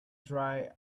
dry